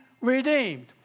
redeemed